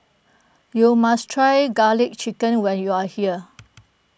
you must try Garlic Chicken when you are here